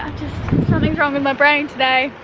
um just, something's wrong with my brain today.